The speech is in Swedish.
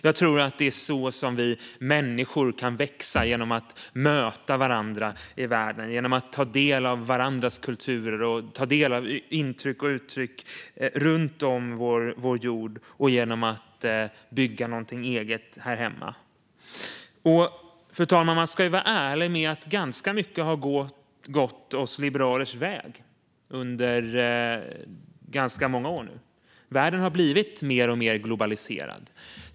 Jag tror att det är så vi människor kan växa - genom att möta varandra i världen, genom att ta del av varandras kulturer och av intryck och uttryck runt om vår jord och genom att bygga något eget här hemma. Fru talman! Vi liberaler ska vara ärliga med att ganska mycket har gått vår väg under ganska många år nu. Världen har blivit mer och mer globaliserad.